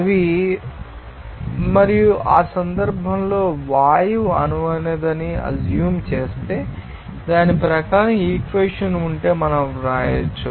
అవి మరియు ఆ సందర్భంలో వాయువు అనువైనదని అజ్యూమ్ చేస్తే దాని ప్రకారం ఈ ఇక్వేషన్ ఉంటే మనం వ్రాయవచ్చు